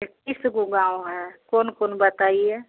एकत्तीस गो गाँव है कौन कौन बताइए